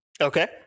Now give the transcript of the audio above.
Okay